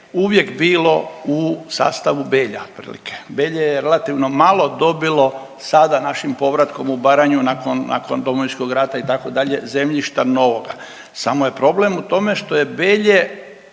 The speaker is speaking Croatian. uvijek bilo u sastavu Belja otprilike. Belje je relativno malo dobilo sada našim povratkom u Baranju nakon Domovinskog rata itd. zemljišta novoga, samo je problem u tome što je Belje